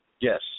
Yes